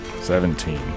Seventeen